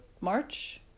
March